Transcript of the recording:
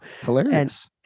Hilarious